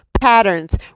patterns